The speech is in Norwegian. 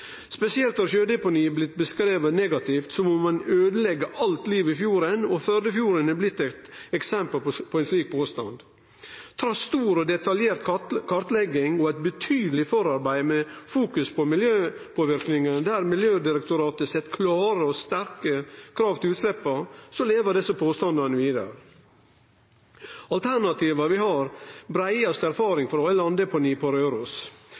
Spesielt har sjødeponi blitt beskrive negativt, som om ein øydelegg alt liv i fjorden, og Førdefjorden har blitt eit eksempel på ein slik påstand. Trass stor og detaljert kartlegging og eit betydeleg forarbeid med fokus på miljøpåverknadene, der Miljødirektoratet set klare og sterke krav til utsleppa, lever desse påstandane vidare. Alternativet vi har breiast erfaring frå, er landdeponiet på